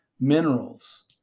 minerals